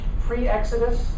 pre-Exodus